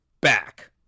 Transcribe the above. back